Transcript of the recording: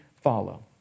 follow